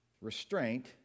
restraint